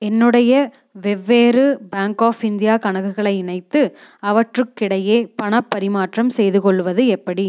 என்னோடைய வெவ்வேறு bank of India கணக்குகளை இணைத்து அவற்றுக்கிடையே பணப் பரிமாற்றம் செய்து கொள்வது எப்படி